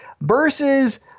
versus